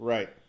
Right